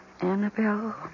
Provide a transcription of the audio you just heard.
Annabelle